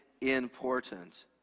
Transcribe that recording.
important